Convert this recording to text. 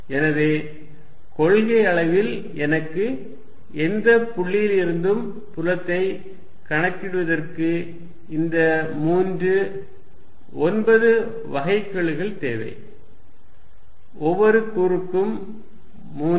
எனவே கொள்கையளவில் எனக்கு எந்த புள்ளியிலிருந்தும் புலத்தை கணக்கிடுவதற்கு இந்த மூன்று 9 வகைக்கெழுகள் தேவை ஒவ்வொரு கூறுக்கும் மூன்று